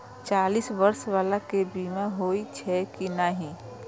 चालीस बर्ष बाला के बीमा होई छै कि नहिं?